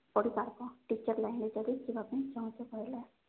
ପଢ଼ିପାରିବ ଟିଚର୍ ଲାଇନ୍ରେ ଯଦି ଯିବା ପାଇଁ ଚାହୁଁଛ ବୋଇଲେ